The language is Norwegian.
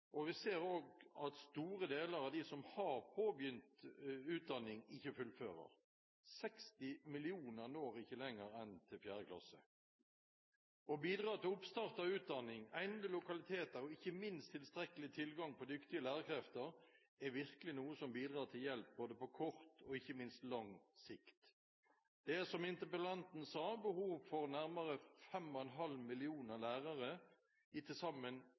og vi ser også at store deler av dem som har påbegynt utdanning, ikke fullfører. 60 millioner når ikke lenger enn til 4. klasse. Å bidra til oppstart av utdanning, egnede lokaliteter og ikke minst tilstrekkelig tilgang på dyktige lærerkrefter er virkelig noe som hjelper både på kort og ikke minst lang sikt. Det er, som interpellanten sa, behov for nærmere 5,5 millioner lærere i til sammen